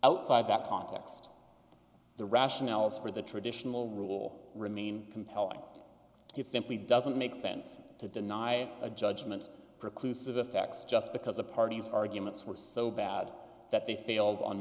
outside that context the rationales for the traditional rule remain compelling it simply doesn't make sense to deny a judgment precludes of the facts just because the parties arguments were so bad that they failed on